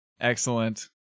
Excellent